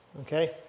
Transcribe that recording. Okay